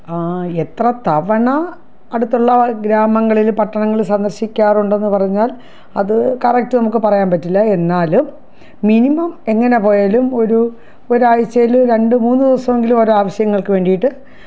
എത്ര തവണ അടുത്തുള്ള ഗ്രാമങ്ങളില് പട്ടണങ്ങള് സന്ദർശിക്കാറുണ്ടന്ന് പറഞ്ഞാൽ അത് കറക്റ്റ് നമുക്ക് പറയാൻ പറ്റില്ല എന്നാലും മിനിമം എങ്ങനെ പോയാലും ഒരു ഒരാഴ്ചയില് രണ്ടുമൂന്നു ദിവസമെങ്കിലും ഒരാവശ്യങ്ങൾക്ക് വേണ്ടിയിട്ട്